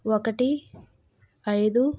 ఒకటి ఐదు